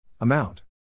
Amount